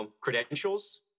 credentials